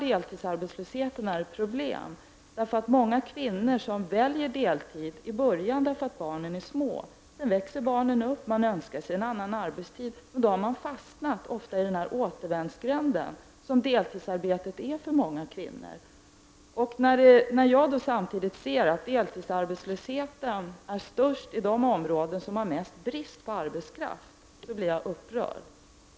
Deltidsarbetlösheten blir då ett problem. Många kvinnor väljer deltidsarbete i början när barnen är små. När barnen växer upp önskar de sig en annan arbetstid, men har då oftast fastnat i den återvändsgränd som deltidsarbetet blir för många kvinnor. När jag måste konstatera att deltidsarbetslösheten är störst i de områden som har mest brist på arbetskraft, blir jag upprörd.